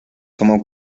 como